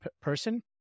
person